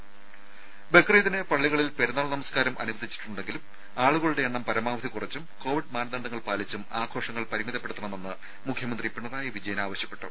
രുഭ ബക്രീദിന് പള്ളികളിൽ പെരുന്നാൾ നമസ്കാരം അനുവദിച്ചിട്ടുണ്ടെങ്കിലും ആളുകളുടെ എണ്ണം പരമാവധി കുറച്ചും കോവിഡ് മാനദണ്ഡങ്ങൾ പാലിച്ചും ആഘോഷങ്ങൾ പരിമിതപ്പെടുത്തണമെന്ന് മുഖ്യമന്ത്രി പിണറായി വിജയൻ ആവശ്യപ്പെട്ടു